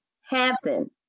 happen